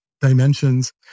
dimensions